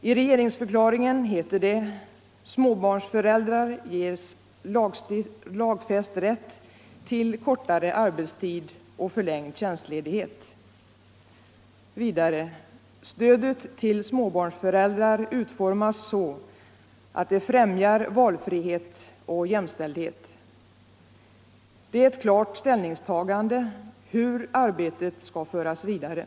I regeringsförklaringen heter det: Det är ett klart ställningstagande till hur arbetet skall föras vidare.